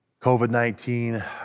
COVID-19